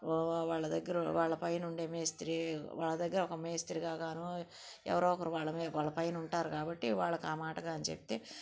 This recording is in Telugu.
వా వా వాళ్ళ దగ్గర వాళ్ళ పైనుండే మేస్త్రీ వాళ్ళ దగ్గర ఒక మేస్త్రిగా కానో ఎవరో ఒకరు వాళ్ళమీ వాళ్ళ పైనుంటారు కాబట్టి వాళ్ళకా మాటగా అని చెప్తే